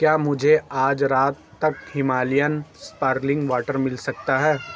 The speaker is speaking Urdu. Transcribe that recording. کیا مجھے آج رات تک ہمالین سپارلنگ واٹر مل سکتا ہے